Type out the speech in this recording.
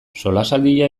solasaldia